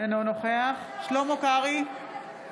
אינו נוכח שלמה קרעי,